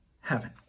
heaven